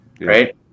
right